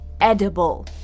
edible